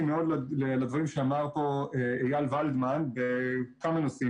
מאוד לדברים שאמר פה איל ולדמן בכמה נושאים.